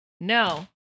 No